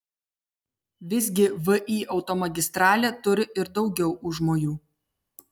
visgi vį automagistralė turi ir daugiau užmojų